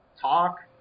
talk